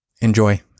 enjoy